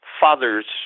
father's